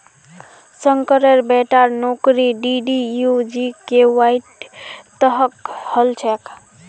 शंकरेर बेटार नौकरी डीडीयू जीकेवाईर तहत हल छेक